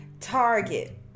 Target